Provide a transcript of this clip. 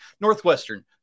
Northwestern